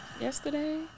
yesterday